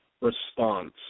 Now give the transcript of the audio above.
response